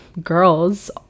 girls